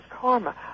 karma